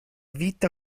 vita